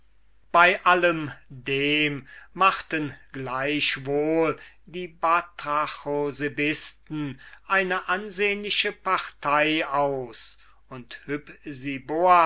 bei allem dem machten gleichwohl die batrachosebisten eine ansehnliche partei aus und